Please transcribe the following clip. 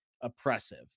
oppressive